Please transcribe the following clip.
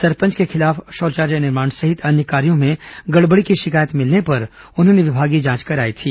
सरपंच के खिलाफ शौचालय निर्माण सहित अन्य कार्यो में गड़बड़ी की शिकायत मिलने पर उन्होंने विभागीय जांच कराई थी